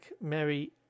Mary